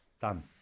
Done